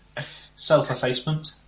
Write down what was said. Self-effacement